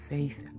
Faith